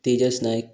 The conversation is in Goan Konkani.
तेजस नायक